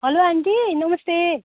hello aunty नमस्ते